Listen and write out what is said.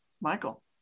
Michael